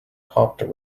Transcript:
hopped